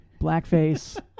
blackface